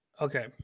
okay